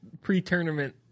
pre-tournament